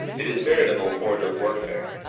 it is veritable border warfare.